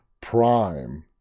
prime